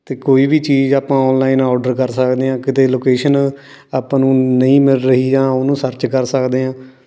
ਅਤੇ ਕੋਈ ਵੀ ਚੀਜ਼ ਆਪਾਂ ਔਨਲਾਈਨ ਔਡਰ ਕਰ ਸਕਦੇ ਹਾਂ ਕਿਤੇ ਲੋਕੇਸ਼ਨ ਆਪਾਂ ਨੂੰ ਨਹੀਂ ਮਿਲ ਰਹੀ ਜਾਂ ਉਹਨੂੰ ਸਰਚ ਕਰ ਸਕਦੇ ਹਾਂ